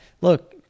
Look